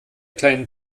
kleinen